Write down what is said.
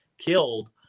killed